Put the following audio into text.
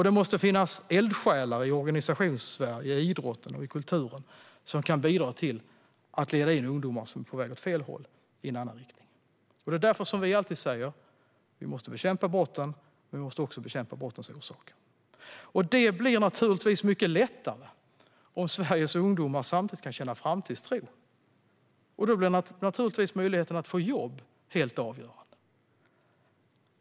Det måste finnas eldsjälar i Organisationssverige - inom idrotten och kulturen - som kan bidra till att leda ungdomar som är på väg åt fel håll i en annan riktning. Det är därför vi alltid säger: Vi måste bekämpa brotten, men vi måste också bekämpa brottens orsaker. Detta blir naturligtvis mycket lättare om Sveriges ungdomar kan känna framtidstro, och då blir möjligheten att få jobb helt avgörande.